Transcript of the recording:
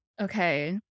okay